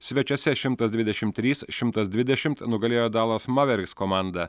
svečiuose šimtas dvidešimt trys šimtas dvidešimt nugalėjo dalaso maveriks komandą